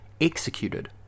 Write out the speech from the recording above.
executed